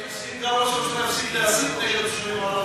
אבל אם ראש הממשלה גם יפסיק להסית נגד התושבים הערבים,